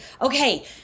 okay